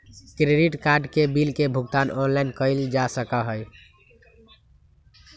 credit card के bill के भुगतान ऑनलाइन कइल जा सका हई